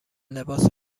لباس